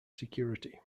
security